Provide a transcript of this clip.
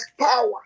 power